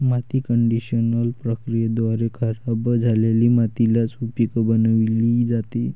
माती कंडिशनर प्रक्रियेद्वारे खराब झालेली मातीला सुपीक बनविली जाते